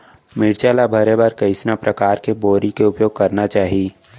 मिरचा ला भरे बर कइसना परकार के बोरी के उपयोग करना चाही?